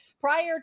prior